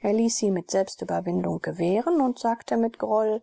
er ließ sie mit selbstüberwindung gewähren und sagte mit groll